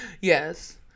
Yes